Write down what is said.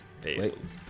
Fails